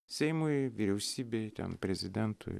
seimui vyriausybei ten prezidentui